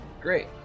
Great